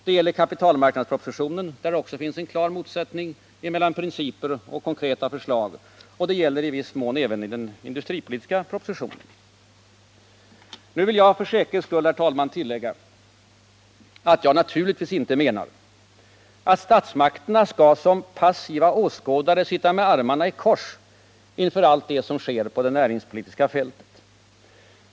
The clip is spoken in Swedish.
Det gäller också kapitalmarknadspropositionen, där det finns en klar motsättning mellan principer och konkreta förslag, och det gäller i viss utsträckning även den industripolitiska propositionen. Nu vill jag för säkerhets skull, herr talman, tillägga att jag naturligtvis inte menar att statsmakterna skall sitta som passiva åskådare med armarna i kors inför allt det som sker på det näringspolitiska fältet.